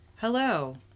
Hello